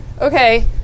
Okay